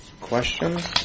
questions